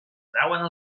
trauen